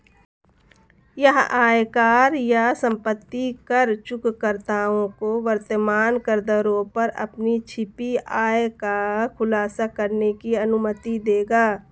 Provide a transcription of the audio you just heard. यह आयकर या संपत्ति कर चूककर्ताओं को वर्तमान करदरों पर अपनी छिपी आय का खुलासा करने की अनुमति देगा